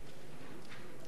בבקשה, חבר הכנסת.